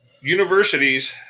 Universities